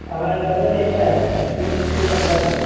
ہمارا ڈرائیور بھی اچھا ہے خوش اخلاق ہے